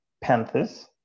Panthers